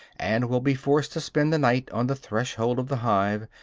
and will be forced to spend the night on the threshold of the hive,